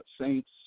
saints